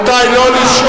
איפה הם כולם?